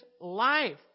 life